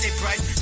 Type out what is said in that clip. price